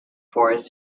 forest